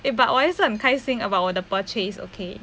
eh but 我还是很开心 about 我的 purchase okay